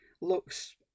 looks